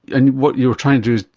and what you're trying to do is,